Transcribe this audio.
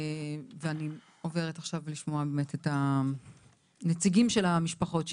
ואני עוברת עכשיו לשמוע באמת את הנציגים של המשפחות שהגיעו.